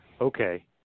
okay